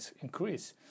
increase